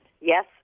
yes